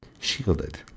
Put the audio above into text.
shielded